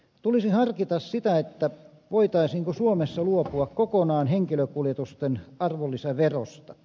tulisi harkita sitä voitaisiinko suomessa luopua kokonaan henkilökuljetusten arvonlisäverosta